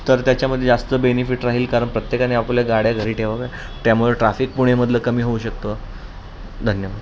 तर त्याच्यामध्ये जास्त बेनिफिट राहील कारण प्रत्येकाने आपल्या गाड्या घरी ठेवाव्या त्यामुळं ट्राफिक पुणेमधलं कमी होऊ शकतं धन्यवाद